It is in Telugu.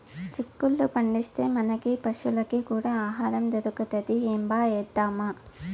చిక్కుళ్ళు పండిస్తే, మనకీ పశులకీ కూడా ఆహారం దొరుకుతది ఏంబా ఏద్దామా